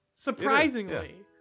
Surprisingly